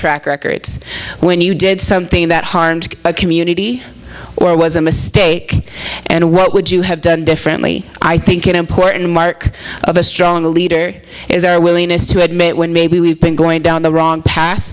track records when you did something that harmed a community or was a mistake and what would you have done differently i think important mark of a strong leader is our willingness to admit when maybe we have been going down the wrong path